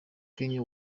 kanye